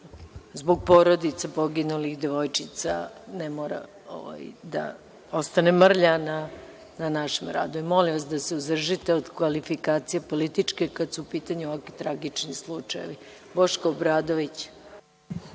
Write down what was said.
zbog porodica poginulih devojčica. Ne mora da ostane mrlja na našem radu. Molim vas da se uzdržite od kvalifikacija političkih kada su u pitanju tragični slučajevi. Reč ima Boško Obradović.